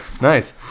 nice